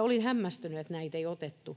Olin hämmästynyt, että näitä ei otettu